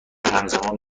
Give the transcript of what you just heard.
همزمان